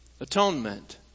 atonement